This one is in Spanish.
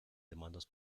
demandas